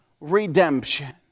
redemption